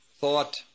thought